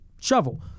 shovel